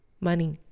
money